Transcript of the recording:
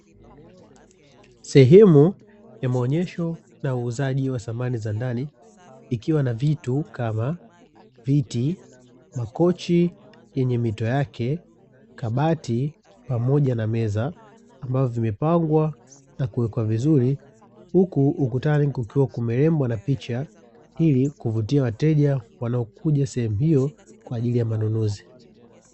Sehemu ya maonyesho na uuzaji wa samani za ndani, ikiwa na vitu kama: viti, makochi yenye mito yake, kabati pamoja na meza, ambavyo vimepangwa na kuwekwa vizuri. Huku ukutani kukiwa kumerembwa na picha, ili kuvutia wateja wanaokuja sehemu hiyo, kwa ajili ya manunuzi.